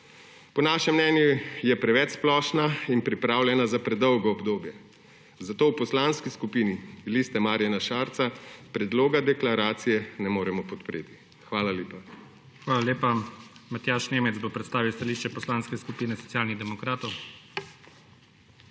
Po našem mnenju je preveč splošna in pripravljena za predolgo obdobje, zato v Poslanski skupini Liste Marjana Šarca predloga deklaracije ne moremo podpreti. Hvala lepa. **PREDSEDNIK IGOR ZORČIČ:** Hvala lepa. Matjaž Nemec bo predstavil stališče Poslanske skupine Socialnih demokratov.